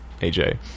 aj